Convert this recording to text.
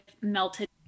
melted